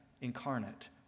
incarnate